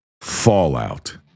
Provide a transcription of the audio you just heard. fallout